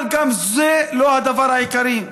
אבל גם זה לא הדבר העיקרי.